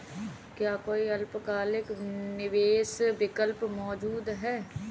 क्या कोई अल्पकालिक निवेश विकल्प मौजूद है?